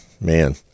man